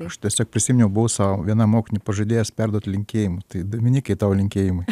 aš tiesiog prisiminiau buvau sau vieną mokinį pažadėjęs perduoti linkėjimų tai dominikai tau linkėjimai